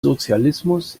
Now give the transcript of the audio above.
sozialismus